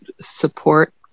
support